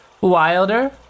Wilder